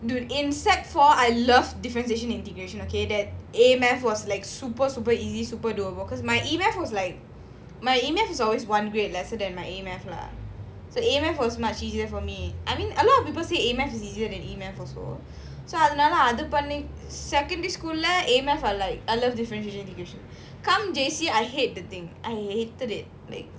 dude in sec four I love differentiation integration okay that A math was like super super easy super doable because my E math was like my E math is always one grade lesser than my A math lah so a math was much easier for me I mean a lot of people say A math is easier than E math also so அதுனாலஅதுபண்ணிட்டு:adhunala adha pannitu secondary school lah A math I was like I love differentiation integration come J_C I hate the thing I hated it it's super hard